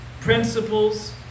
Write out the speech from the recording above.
principles